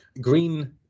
green